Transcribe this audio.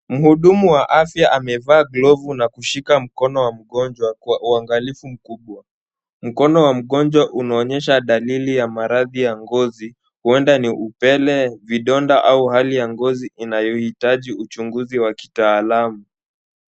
Mhudumu wa afya amevaa glavu na kushika mkono wa mgonjwa kwa uangalifu mkubwa, mkono wa mgonjwa unaonyesha dalili ya maradhi ya ngozi, huenda ni upele, vidonda au hali ya ngozi inayohitaji uchunguzi wa kitaalamu.